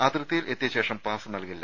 അതിർത്തിയിൽ എത്തിയ ശേഷം പാസ് നൽകില്ല